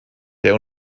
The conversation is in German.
der